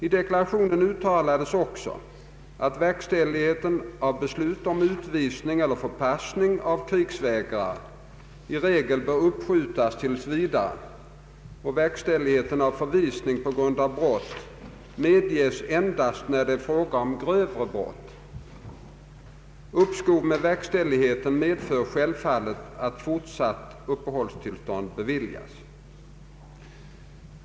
I deklarationen uttalas också att verkställighet av beslut om utvisning eller förpassning av krigsvägrare i regel bör uppskjutas tills vidare och verkställighet av förvisning på grund av brott medges endast när det är fråga om grövre brott. Uppskov med verkställigheten medför självfallet att fortsatt uppehållstillstånd beviljas.